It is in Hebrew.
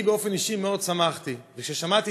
אני באופן אישי מאוד שמחתי וכששמעתי